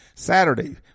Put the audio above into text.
Saturday